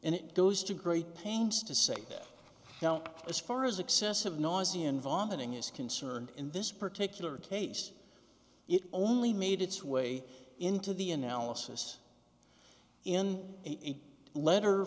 and it goes to great pains to say that now as far as excessive noisy and vomiting is concerned in this particular case it only made its way into the analysis in a letter